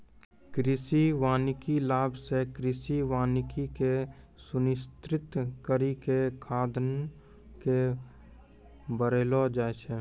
कृषि वानिकी लाभ से कृषि वानिकी के सुनिश्रित करी के खाद्यान्न के बड़ैलो जाय छै